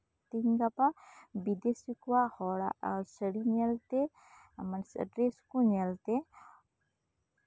ᱛᱮᱦᱮᱧᱼᱜᱟᱯᱟ ᱵᱤᱫᱮᱥᱤ ᱠᱚᱣᱟᱜ ᱦᱚᱲ ᱨᱮ ᱥᱟ ᱲᱤ ᱧᱮᱞ ᱛᱮ ᱟᱭᱢᱟ ᱰᱨᱮᱥ ᱠᱚ ᱧᱮᱞ ᱛᱮ